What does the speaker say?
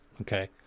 okay